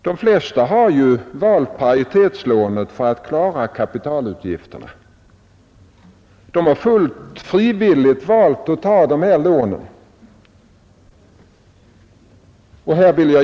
De flesta har ju valt paritetslånet för att klara kapitalutgifterna. De har fullt frivilligt valt att ta dessa lån.